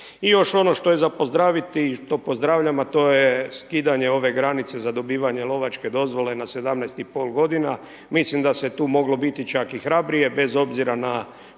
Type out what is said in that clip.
I još ono što je za pozdraviti i to pozdravljam a to je skidanje ove granice za dobivanje lovačke dozvole na 17, 5 godina. Mislim da se tu moglo ići čak i hrabrije bez obzira na